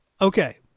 okay